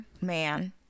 man